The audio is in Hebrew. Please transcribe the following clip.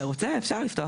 אם אתה רוצה, אפשר לפתוח.